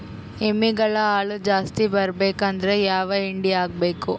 ಎಮ್ಮಿ ಗಳ ಹಾಲು ಜಾಸ್ತಿ ಬರಬೇಕಂದ್ರ ಯಾವ ಹಿಂಡಿ ಹಾಕಬೇಕು?